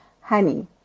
honey